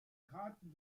karten